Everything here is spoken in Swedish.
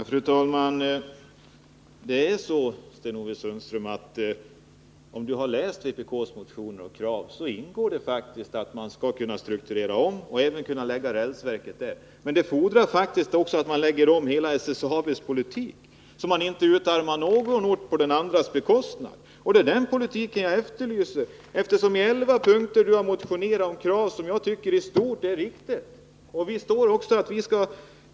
Fru talman! I vpk:s motioner ingår faktiskt — vilket Sten-Ove Sundström skulle ha vetat om han hade läst dem — krav på att man skall strukturera om och även kunna lägga rälsverket där, men även krav på en omläggning av hela SSAB:s politik, så att inte någon ort utarmas på någon annans bekostnad. Det är den politiken jag efterlyser, eftersom socialdemokraterna i sina elva motionspunkter har krav som jag tycker i stort sett är riktiga.